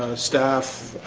staff